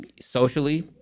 socially